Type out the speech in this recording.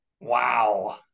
Wow